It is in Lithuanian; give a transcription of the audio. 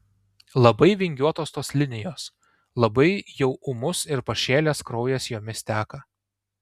labai vingiuotos tos linijos labai jau ūmus ir pašėlęs kraujas jomis teka